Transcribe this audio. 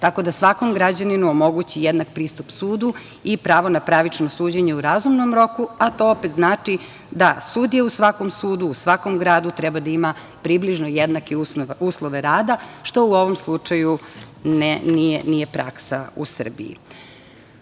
tako da svakom građaninu omogući jednak pristup sudu i pravo na pravično suđenje u razumnom roku, a to opet znači da sudije u svakom sudu, u svakom gradu treba da imaju približno jednake uslove rada, što u ovom slučaju nije praksa u